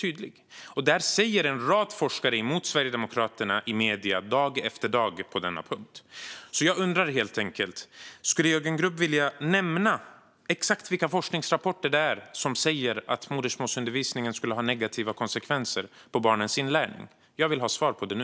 En rad forskare säger dag efter dag emot Sverigedemokraterna i medierna på denna punkt. Jag undrar om Jörgen Grubb kan nämna exakt vilka forskningsrapporter som säger att modersmålsundervisningen skulle ha negativa konsekvenser för barns inlärning. Jag vill ha svar på det nu.